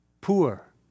poor